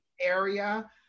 area